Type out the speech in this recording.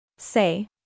say